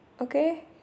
okay